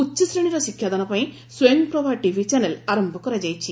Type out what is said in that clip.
ଉଚ୍ଚ ଶ୍ରେଣୀର ଶିକ୍ଷାଦାନ ପାଇଁ ସ୍ୱୟଂପ୍ରଭା ଟିଭି ଚ୍ୟାନେଲ୍ ଆରମ୍ଭ କରାଯାଇଛି